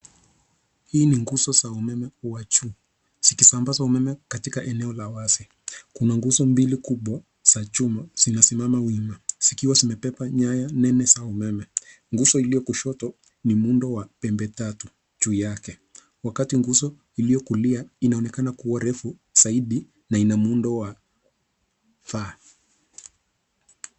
Hizi ni nguzo za umeme kuwa juu .Zikisambaza umeme katika eneo la wazi. Kuna nguzo mbili za chuma zinazosimama wima zikiwa zimebeba nyaya nene za umeme. Nguzo iliyo kushoto ni muundo wa pembe tatu juu yake. Wakatai nguzo iliyo kulia inaonekana kuwa refu zaidi na ina muundo wa vali.